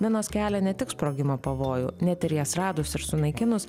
minos kelia ne tik sprogimo pavojų net ir jas radus ir sunaikinus